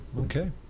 okay